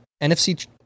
NFC